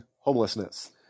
homelessness